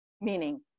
Meaning